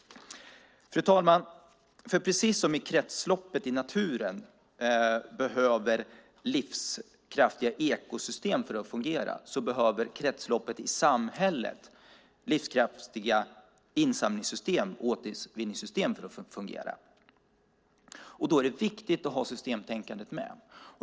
Fru talman! Precis som kretsloppet i naturen behöver livskraftiga ekosystem för att fungera behöver kretsloppet i samhället livskraftiga insamlingssystem och återvinningssystem för att fungera. Då är det viktigt att ha systemtänkandet med.